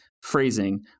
phrasing